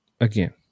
again